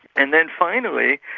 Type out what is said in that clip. and then finally,